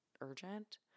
urgent